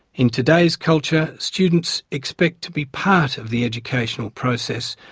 in today's culture students expect to be part of the educational process,